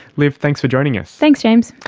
liv, thanks for joining us. thanks james.